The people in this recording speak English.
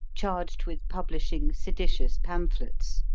charged with publishing seditious pamphlets.